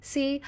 See